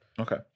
Okay